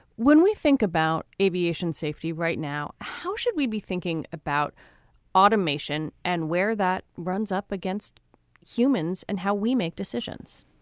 when we think about aviation safety right now how should we be thinking about automation and where that runs up against humans and how we make decisions